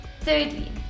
Thirdly